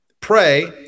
pray